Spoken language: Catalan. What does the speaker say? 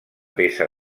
peça